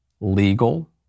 legal